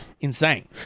insane